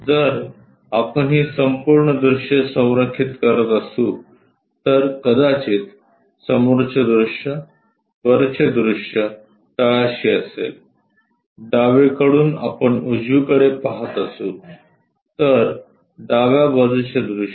जर आपण ही संपूर्ण दृश्ये संरेखित करत असू तर कदाचित समोरचे दृश्य वरचे दृश्य तळाशी असेल डावीकडून आपण उजवीकडे पहात असू तर डाव्या बाजूचे दृश्य